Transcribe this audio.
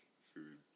food